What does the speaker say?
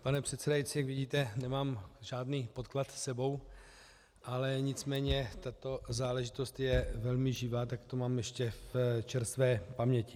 Pane předsedající, jak vidíte, nemám žádný podklad s sebou, nicméně tato záležitost je velmi živá, tak to mám ještě v čerstvé paměti.